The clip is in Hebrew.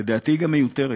לדעתי היא גם מיותרת,